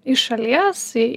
iš šalies į